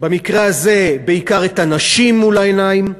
במקרה הזה בעיקר את הנשים מול העיניים.